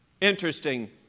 Interesting